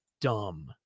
dumb